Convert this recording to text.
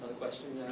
but question,